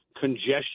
congestion